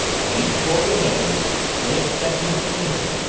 as each door was opened they expected to find him,